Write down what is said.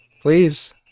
please